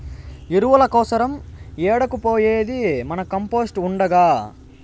ఎరువుల కోసరం ఏడకు పోయేది మన కంపోస్ట్ ఉండగా